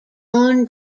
own